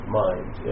mind